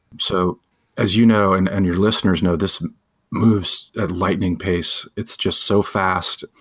so as you know and and your listeners know, this moves at lightning pace. it's just so fast,